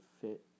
fit